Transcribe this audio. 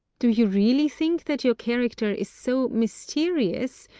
do you really think that your character is so mysterious,